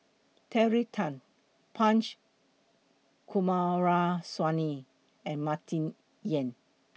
Terry Tan Punch Coomaraswamy and Martin Yan